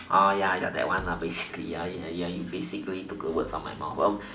oh ya ya that one basically ya ya you basically took the words from my mouth well